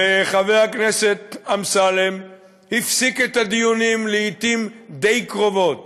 וחבר הכנסת אמסלם הפסיק את הדיונים לעתים די קרובות